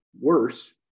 worse